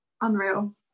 unreal